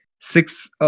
six